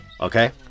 Okay